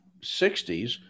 60s